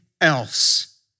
else